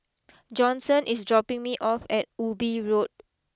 Johnson is dropping me off at Ubi Road